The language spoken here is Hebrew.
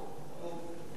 נחנקו.